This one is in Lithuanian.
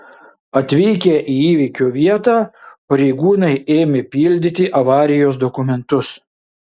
atvykę į įvykio vietą pareigūnai ėmė pildyti avarijos dokumentus